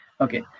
okay